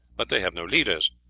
but they have no leaders,